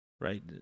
right